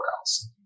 else